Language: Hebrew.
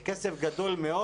זה כסף גדול מאוד.